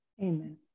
Amen